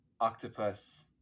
octopus